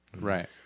right